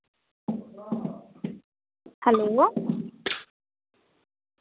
hello